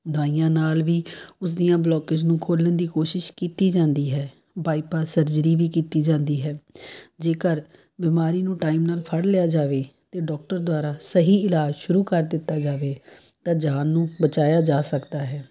ਦਵਾਈਆਂ ਨਾਲ ਵੀ ਉਸ ਦੀਆਂ ਬਲੋਕਜ ਨੂੰ ਖੋਲ੍ਹਣ ਦੀ ਕੋਸ਼ਿਸ਼ ਕੀਤੀ ਜਾਂਦੀ ਹੈ ਬਾਈਪਾਸ ਸਰਜਰੀ ਵੀ ਕੀਤੀ ਜਾਂਦੀ ਹੈ ਜੇਕਰ ਬਿਮਾਰੀ ਨੂੰ ਟਾਈਮ ਨਾਲ ਫੜ ਲਿਆ ਜਾਵੇ ਅਤੇ ਡੋਕਟਰ ਦੁਆਰਾ ਸਹੀ ਇਲਾਜ ਸ਼ੁਰੂ ਕਰ ਦਿੱਤਾ ਜਾਵੇ ਤਾਂ ਜਾਨ ਨੂੰ ਬਚਾਇਆ ਜਾ ਸਕਦਾ ਹੈ